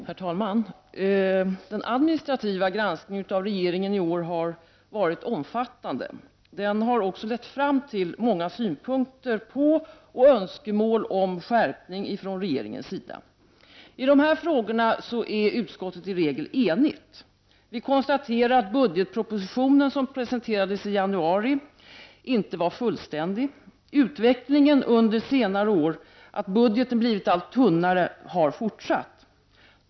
Herr talman! Den administrativa granskningen av regeringen har i år varit omfattande. Den har också lett fram till många synpunkter på och önskemål om skärpning från regeringens sida. I dessa frågor är utskottet i regel enigt. Vi konstaterar att budgetpropositionen som presenterades i januari inte var fullständig. Utvecklingen under senare år med en allt tunnare budgetproposition har fortsatt.